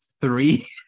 three